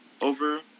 over